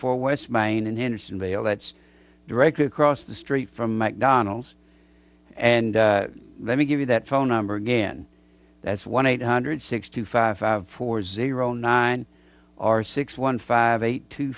four west main in henderson vale that's directly across the street from mcdonald's and let me give you that phone number again that's one eight hundred sixty five four zero nine or six one five eight two